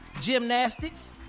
gymnastics